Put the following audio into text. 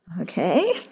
Okay